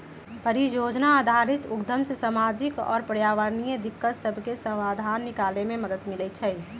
परिजोजना आधारित उद्यम से सामाजिक आऽ पर्यावरणीय दिक्कत सभके समाधान निकले में मदद मिलइ छइ